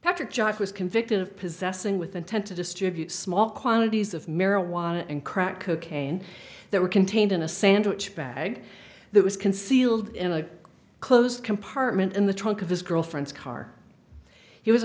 patrick jock was convicted of possessing with intent to distribute small quantities of marijuana and crack cocaine that were contained in a sandwich bag that was concealed in a closed compartment in the trunk of his girlfriend's car he was a